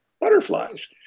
butterflies